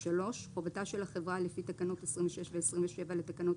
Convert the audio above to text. חובתה של החברה לפי תקנות 26 ו-27 לתקנות